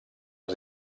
els